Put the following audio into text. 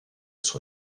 sont